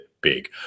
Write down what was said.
big